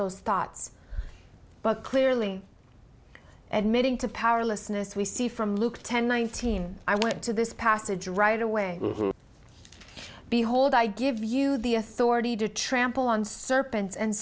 those thoughts but clearly admitting to powerlessness we see from luke ten nineteen i went to this passage right away behold i give you the authority to trample on